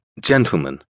gentlemen